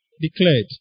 declared